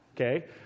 okay